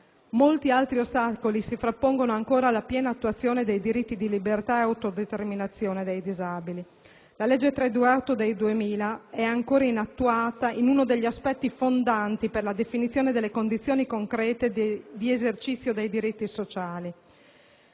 Molti altri ostacoli si frappongono ancora alla piena attuazione dei diritti di libertà ed autodeterminazione dei disabili: la legge n. 328 del 2000, di riforma dell'assistenza, è ancora inattuata in uno dei suoi aspetti fondanti, vale a dire la definizione delle condizioni concrete di esercizio dei diritti sociali